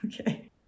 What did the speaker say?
Okay